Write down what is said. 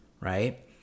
right